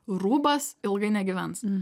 rūbas ilgai negyvens